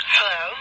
Hello